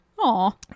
Aw